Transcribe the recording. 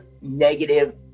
negative